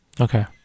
okay